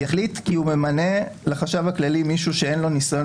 יחליט כי הוא ממנה לחשב הכללי מישהו שאין לו ניסיון